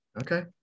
Okay